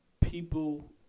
people